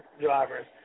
drivers